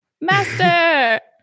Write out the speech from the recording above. master